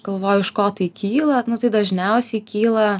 galvoju iš ko tai kyla dažniausi kyla